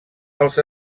els